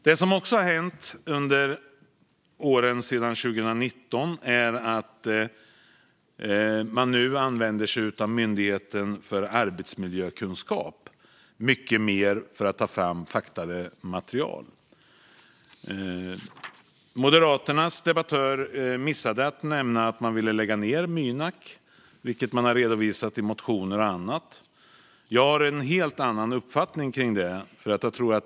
Något annat som har hänt sedan 2019 är att man nu mycket mer använder sig av Myndigheten för arbetsmiljökunskap för att ta fram faktamaterial. Moderaternas debattör missade att nämna att man ville lägga ned Mynak, vilket man bland annat har redovisat i motioner och annat. Jag har en helt annan uppfattning om det.